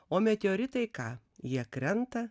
o meteoritai ką jie krenta